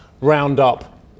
Roundup